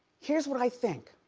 here's what i think,